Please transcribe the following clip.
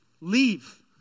Leave